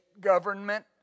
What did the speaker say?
government